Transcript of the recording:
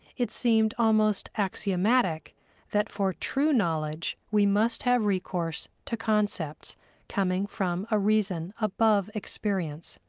it seemed almost axiomatic that for true knowledge we must have recourse to concepts coming from a reason above experience.